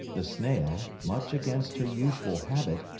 the snail, much against her usual habit,